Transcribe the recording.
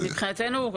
מבחינתנו,